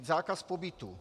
Zákaz pobytu.